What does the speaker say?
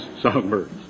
songbirds